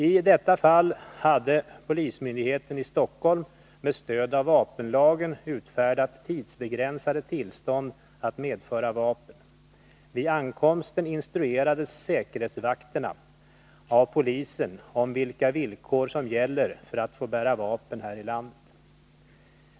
I detta fall hade polismyndigheten i Stockholm med stöd av vapenlagen utfärdat tidsbegränsade tillstånd att medföra vapen. Vid ankomsten instrue rades säkerhetsvakterna av polisen om vilka villkor som gäller för att få bära vapen här i landet.